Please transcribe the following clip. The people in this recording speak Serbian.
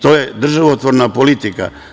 To je državotvorna politika.